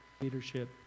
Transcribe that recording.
leadership